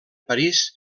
parís